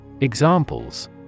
Examples